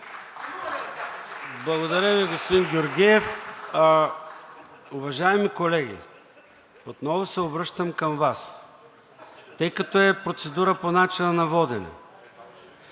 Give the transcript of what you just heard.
Благодаря Ви, господин Георгиев. Уважаеми колеги, отново се обръщам към Вас, тъй като е процедура по начина на водене